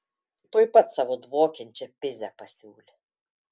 tuoj pat savo dvokiančią pizę pasiūlė